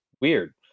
weird